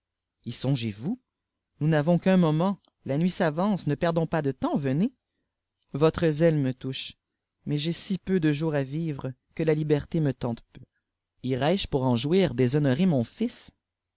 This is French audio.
y songezvous nous n'avons qu'un moment la nuit s'avance ne perdons pas de temps venez otre zèle me touche mais j'ai si peu de jours à vivre que la liberté me tente peu irai-je pour en jouir t hist